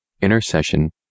intercession